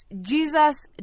Jesus